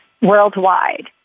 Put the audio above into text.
worldwide